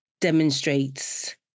demonstrates